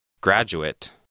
Graduate